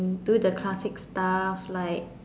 do the classic stuff like